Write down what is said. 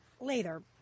later